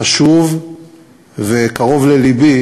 חשוב וקרוב ללבי,